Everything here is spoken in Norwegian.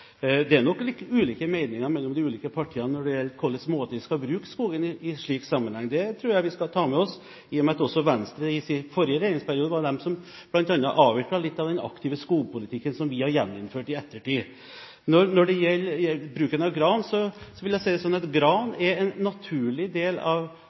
Det er nok litt ulike meninger i de ulike partiene når det gjelder hvilken måte en skal bruke skogen på i en slik sammenheng. Det tror jeg vi skal ta med oss, i og med at Venstre forrige gang de var med i regjering, var med og avviklet litt av den aktive skogpolitikken som vi har gjeninnført i ettertid. Når det gjelder bruken av gran, vil jeg si det slik at gran er en naturlig del av